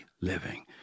living